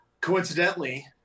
Coincidentally